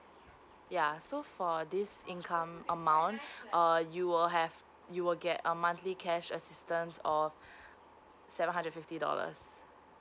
ya so for this income amount err you will have you will get a monthly cash assistance or seven hundred fifty dollars